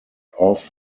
off